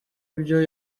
ibyo